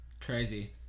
Crazy